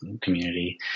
community